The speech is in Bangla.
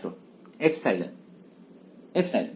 ছাত্র ε ε